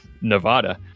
Nevada